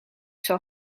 zal